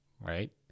right